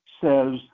says